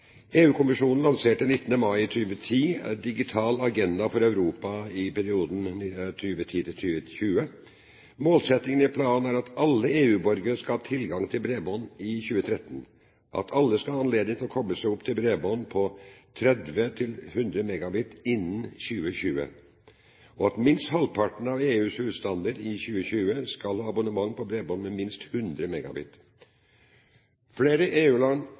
EU-kommisjonen lanserte 19. mai 2010 Digital Agenda for Europe 2010–2020. Målsettingen i planen er at alle EU-borgere skal ha tilgang til bredbånd i 2013, at alle skal ha anledning til å koble seg opp til bredbånd på 30–100 Mbit/s innen 2020, og at minst halvparten av EUs husstander i 2020 skal ha abonnement på bredbånd med minst 100 Mbit/s. Flere